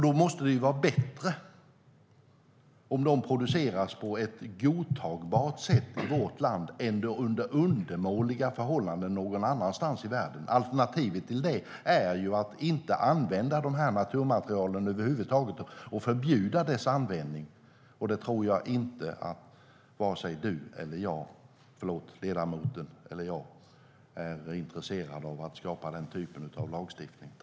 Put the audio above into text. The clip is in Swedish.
Det måste vara bättre att dessa naturmaterial produceras här på ett godtagbart sätt än under undermåliga förhållanden någon annanstans i världen. Alternativet är att förbjuda användningen av naturmaterialen över huvud taget. Jag tror inte att vare sig ledamoten eller jag är intresserade av att skapa den typen av lagstiftning.